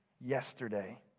yesterday